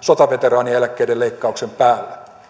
sotaveteraanieläkkeiden leikkauksen päälle